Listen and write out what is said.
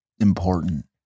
important